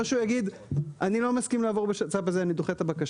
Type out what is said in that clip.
או שהוא יגיד שהוא לא מסכים בשצ"פ הזה והוא דוחה את הבקשה.